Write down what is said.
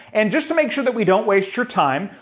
and just to make sure that we don't waste your time,